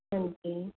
ਹਾਂਜੀ